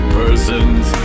persons